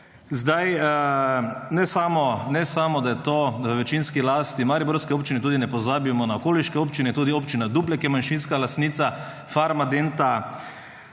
ponos. Ne samo da je to v večinski lasti mariborske občine, tudi ne pozabimo na okoliške občine. Tudi Občina Duplek je manjšinska lastnica Farmadenta.